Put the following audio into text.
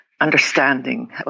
understanding